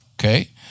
okay